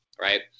right